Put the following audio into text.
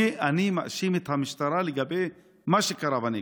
אני מאשים את המשטרה לגבי מה שקרה בנגב,